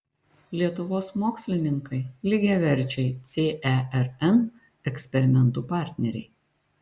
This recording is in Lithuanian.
lietuvos mokslininkai lygiaverčiai cern eksperimentų partneriai